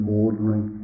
ordinary